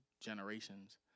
generations